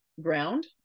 ground